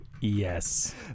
Yes